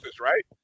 right